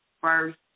first